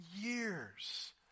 years